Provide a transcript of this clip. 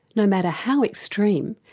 no matter how extreme,